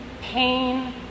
pain